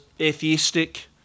atheistic